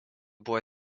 buvo